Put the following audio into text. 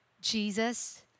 Jesus